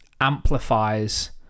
amplifies